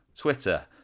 Twitter